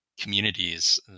communities